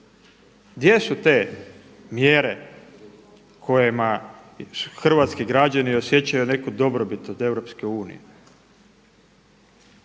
Gdje su te mjere kojima hrvatski građani osjećaju neku dobrobit od EU? Ove godine